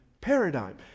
paradigm